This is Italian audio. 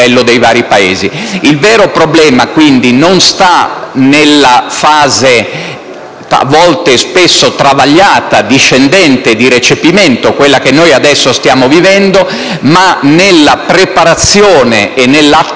dei vari Paesi. Il vero problema, quindi, non sta nella fase a volte (o spesso) travagliata, discendente, di recepimento, quella che noi ora stiamo vivendo, ma nella preparazione e nella